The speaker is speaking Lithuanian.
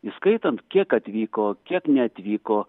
įskaitant kiek atvyko kiek neatvyko